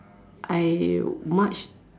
I march